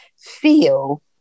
feel